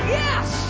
yes